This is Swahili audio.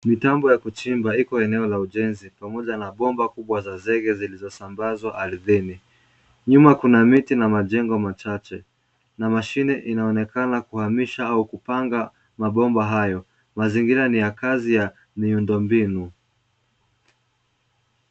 Mitambo ya kujimba iko katika eneo la uchenzi pamoja na pomba kubwa za zege zilizisampaswa arthini, nyuma Kuna miti machengo machache na mashine inaonekana kuhamisha au kupanga mapomba hayo mazingira ni ya Kasi ya miundo mbinu